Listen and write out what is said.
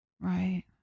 right